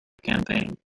campaign